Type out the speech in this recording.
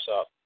up